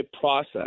process